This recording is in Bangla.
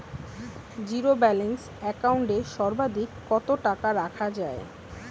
জীরো ব্যালেন্স একাউন্ট এ সর্বাধিক কত টাকা রাখা য়ায়?